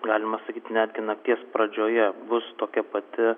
galima sakyti netgi nakties pradžioje bus tokia pati